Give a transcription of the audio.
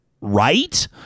right